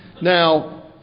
Now